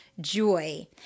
Joy